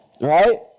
right